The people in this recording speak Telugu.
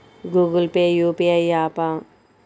గూగుల్ పే యూ.పీ.ఐ య్యాపా?